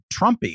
trumpy